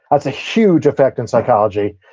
that's a huge effect in psychology.